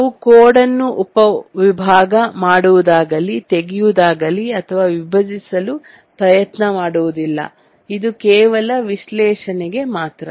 ನಾವು ಕೋಡನ್ನು ಉಪವಿಭಾಗ ಮಾಡುವುದಾಗಲಿ ತೆಗೆಯುವುದಾಗಲಿ ಅಥವಾ ವಿಭಜಿಸಲು ಪ್ರಯತ್ನ ಮಾಡುವುದಿಲ್ಲ ಇದು ಕೇವಲ ವಿಶ್ಲೇಷಣೆಗೆ ಮಾತ್ರ